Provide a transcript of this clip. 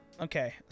Okay